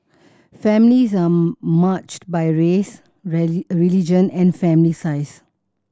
families are matched by race religion and family size